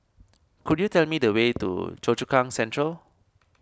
could you tell me the way to Choa Chu Kang Central